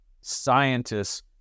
scientists